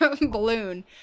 balloon